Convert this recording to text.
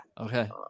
Okay